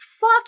fuck